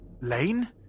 Lane